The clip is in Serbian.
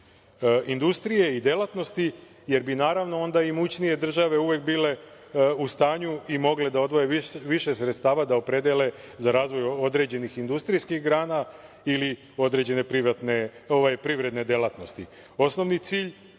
industrije i delatnosti, jer bi naravno onda imućnije države uvek bile u stanju i mogle da odvoje više sredstava da opredele za razvoj određenih industrijskih grana ili određene privredne delatnosti. Osnovni cilj